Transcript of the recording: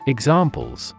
Examples